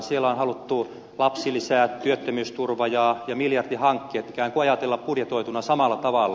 siellä on haluttu lapsilisä työttömyysturva ja miljardihankkeet ikään kuin ajatella budjetoituna samalla tavalla